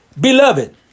Beloved